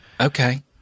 okay